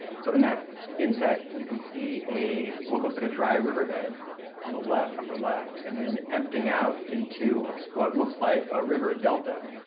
so in that inset you can see a what looks like a dry riverbed on the left upper left and then emptying out into what looks like a river delta.